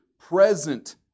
Present